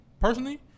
personally